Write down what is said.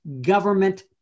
government